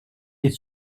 des